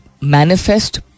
manifest